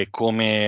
come